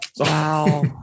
Wow